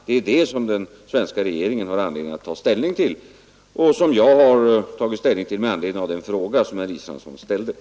Det är det som den svenska regeringen har anledning att ta ställning till och som jag tagit ställning till med anledning av den fråga som herr Israelsson ställt.